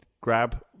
grab